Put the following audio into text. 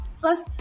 First